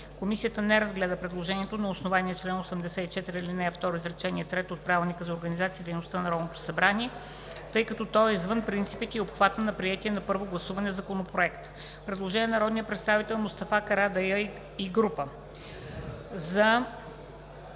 Комисията не разгледа предложението на основание чл. 84, ал. 2, изречение трето от Правилника за организацията и дейността на Народното събрание, тъй като то е извън принципите и обхвата на приетия на първо гласуване законопроект. Предложение на народния представител Мустафа Карадайъ и група